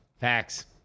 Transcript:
Facts